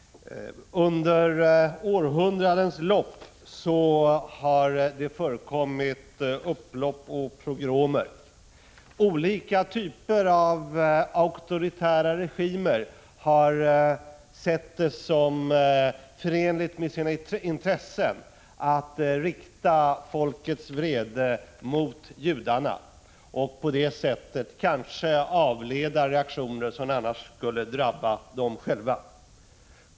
Under århundraden har det förekommit upplopp och pogromer. Olika typer av auktoritära regimer har sett det som förenligt med sina intressen att rikta folkets vrede mot judarna och på det sättet kanske avleda reaktioner som annars skulle drabba dem själva.